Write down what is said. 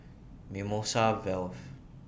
Mimosa Vale